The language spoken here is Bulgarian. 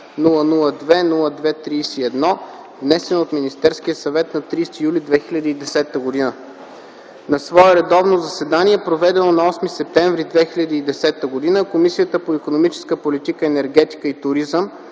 002-02-31, внесен от Министерския съвет на 30 юли 2010 г. На свое редовно заседание, проведено на 8 септември 2010 г., Комисията по икономическата политика, енергетика и туризъм